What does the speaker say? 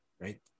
right